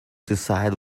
decide